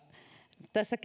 tässä